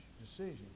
decision